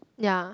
ya